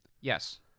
Yes